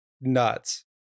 nuts